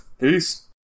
Peace